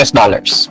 dollars